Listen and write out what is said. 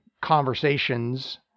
conversations